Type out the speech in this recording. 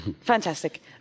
Fantastic